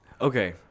okay